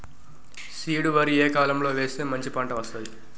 Seed వరి ఏ కాలం లో వేస్తే మంచి పంట వస్తది?